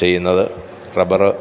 ചെയ്യുന്നത് റബ്ബറ്